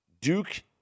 Duke